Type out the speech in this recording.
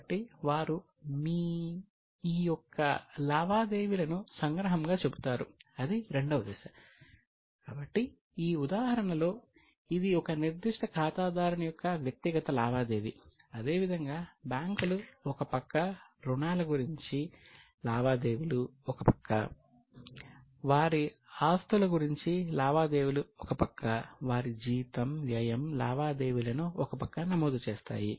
కాబట్టి వారు మీ ఈ యొక్క లావాదేవీలను సంగ్రహంగా చెబుతారు అది రెండవ దశ కాబట్టి ఈ ఉదాహరణలో ఇది ఒక నిర్దిష్ట ఖాతాదారుని యొక్క వ్యక్తిగత లావాదేవీ అదే విధంగా బ్యాంకులు ఒక పక్క రుణాల గురించి లావాదేవీలు ఒక పక్క వారి ఆస్తుల గురించి లావాదేవీలు ఒక పక్క వారి జీతం వ్యయం లావాదేవీలను ఒకపక్క నమోదు చేస్తాయి